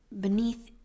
beneath